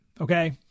okay